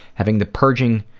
having the purging